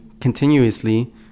continuously